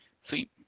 Sweet